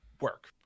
work